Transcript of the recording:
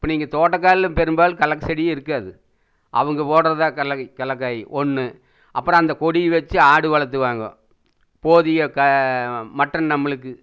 இப்போ நீங்கள் தோட்டக்கால்ல பெரும்பாலும் கடலக்கா செடியே இருக்காது அவங்க போடுறதான் கடலக்கா கடலக்காய் ஒன்று அப்பறம் அந்த கொடி வச்சு ஆடு வளத்துவாங்கோ போதிய மட்டன் நம்மளுக்கு